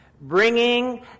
bringing